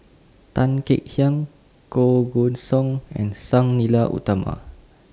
Tan Kek Hiang Koh Guan Song and Sang Nila Utama